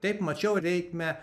taip mačiau reikmę